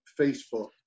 Facebook